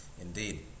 indeed